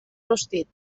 rostit